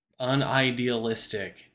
unidealistic